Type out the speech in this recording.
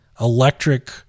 electric